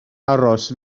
aros